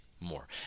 more